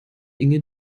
inge